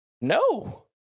No